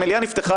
המליאה נפתחה